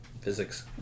physics